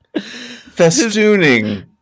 festooning